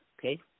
Okay